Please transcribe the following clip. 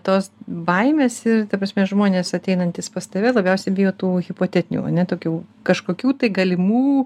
tos baimės ir ta prasme žmonės ateinantys pas tave labiausiai bijo tų hipotetinių o ne tokių kažkokių tai galimų